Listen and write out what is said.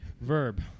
Verb